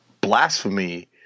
blasphemy